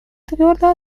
твердо